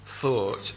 thought